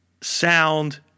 sound